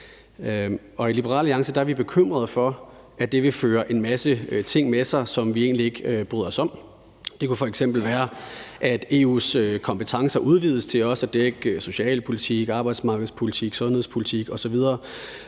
I Liberal Alliance er vi bekymrede for, at det vil føre en masse ting med sig, som vi egentlig ikke bryder os om. Det kunne f.eks. være, at EU's kompetencer udvides til også at dække socialpolitik, arbejdsmarkedspolitik, sundhedspolitik osv.,